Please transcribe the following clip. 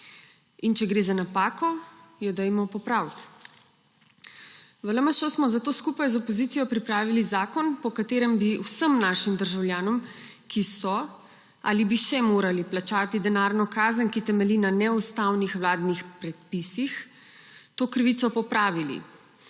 In če gre za napako, jo dajmo popraviti. V LMŠ smo zato skupaj z opozicijo pripravili zakon, po katerem bi vsem našim državljanom, ki so ali bi še morali plačati denarno kazen, ki temelji na neustavnih vladnih predpisih, to krivico popravili.